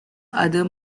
other